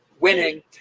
Winning